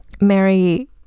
Mary